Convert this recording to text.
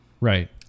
Right